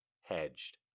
hedged